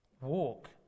Walk